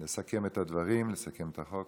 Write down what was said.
לסכם את הדברים ואת החוק.